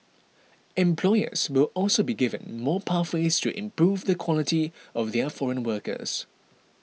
employers will also be given more pathways to improve the quality of their foreign workers